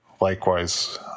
Likewise